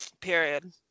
period